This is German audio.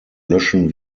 löschen